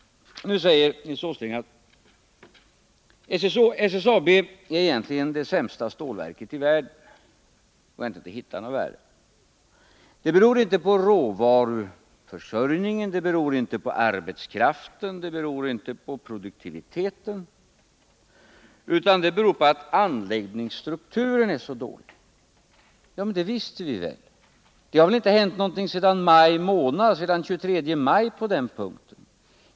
Nu säger Nils Åsling att SSAB egentligen är det sämsta stålverket i världen, man kan inte hitta något som är sämre. Det beror inte på råvaruförsörjningen, det beror inte på arbetskraften, det beror inte på produktiviteten utan det beror på att anläggningsstrukturen är så dålig. Ja, men det visste vi väl. Ingenting har hänt sedan den 23 maj på den punkten.